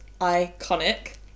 iconic